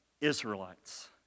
Israelites